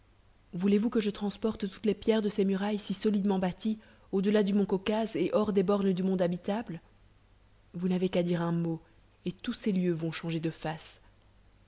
voulez-vous que je transporte toutes les pierres de ces murailles si solidement bâties au delà du mont caucase et hors des bornes du monde habitable vous n'avez qu'à dire un mot et tous ces lieux vont changer de face